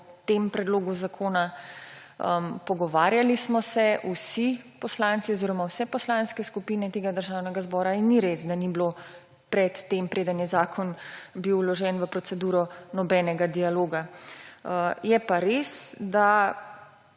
o tem predlogu zakona. Pogovarjali smo se vsi poslanci oziroma vse poslanske skupine tega državnega zbora. In ni res, da ni bilo pred tem, preden je zakon bil vložen v proceduro, nobenega dialoga. Je pa res, da